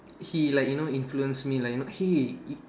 he like you know influence me like you know hey